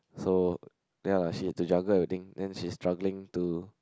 so ya lah she had to juggle everything then she's struggling to